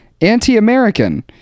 anti-American